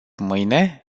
mâine